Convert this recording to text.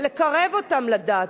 ולקרב אותם לדת,